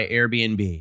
Airbnb